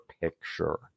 picture